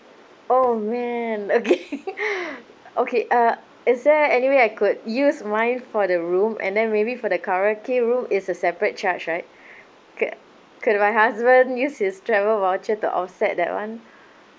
oh man okay okay uh is there anyway I could use mine for the room and then maybe for the karaoke room it's a separate charge right could could my husband use his travel voucher to offset that one